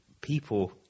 people